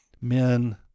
men